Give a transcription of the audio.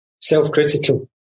self-critical